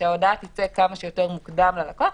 ושההודעה תצא כמה שיותר מוקדם ללקוח,